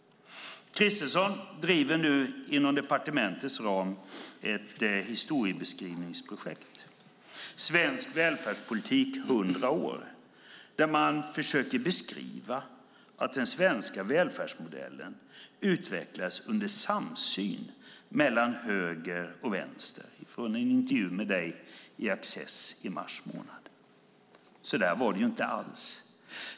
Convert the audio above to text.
Kristersson driver nu inom departementets ram ett historiebeskrivningsprojekt, Svensk välfärdspolitik 100 år , där man försöker beskriva att den svenska välfärdsmodellen utvecklades i samsyn mellan höger och vänster enligt en intervju med dig i Axess i mars. Så var det ju inte alls.